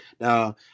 Now